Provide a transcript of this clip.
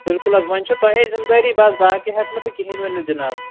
بِلکُل حظ وۄنۍ چھُو تۄہے ذِمہٕ دٲری بَس باقٕے ہٮ۪کہٕ نہٕ بہٕ کِہیٖنۍ ؤنِتھ جِناب